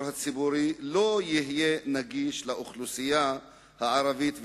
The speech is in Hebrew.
הציבורי לא יהיה נגיש לאוכלוסייה הערבית,